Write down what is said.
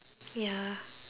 ya